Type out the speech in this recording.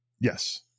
Yes